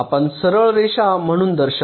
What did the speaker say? आपण सरळ रेषा म्हणून दर्शवा